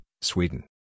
Sweden